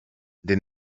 den